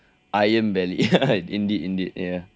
iron belly indeed indeed ya